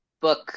book